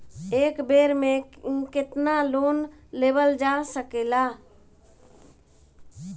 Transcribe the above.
एक बेर में केतना लोन लेवल जा सकेला?